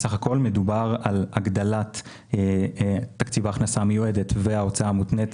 בסך הכול מדובר על הגדלת תקציב ההכנסה המיועדת וההוצאה המותנית